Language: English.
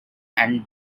and